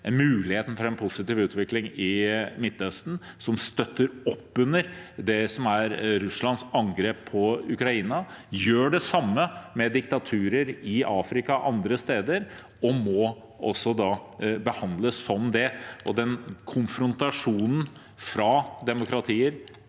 muligheten for en positiv utvikling i Midtøsten, som støtter opp under Russlands angrep på Ukraina, gjør det samme med diktaturer i Afrika og andre steder, og som også må behandles utfra det. Den konfrontasjonen og det presset